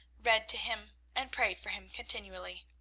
read to him, and prayed for him continually.